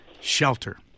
Shelter